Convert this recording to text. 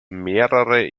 mehrere